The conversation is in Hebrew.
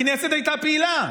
הכנסת הייתה פעילה.